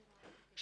גדול?